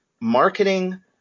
marketing